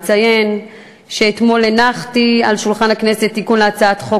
אציין שאתמול הנחתי על שולחן הכנסת תיקון להצעת חוק